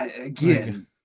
Again